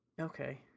Okay